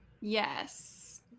Yes